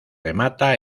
remata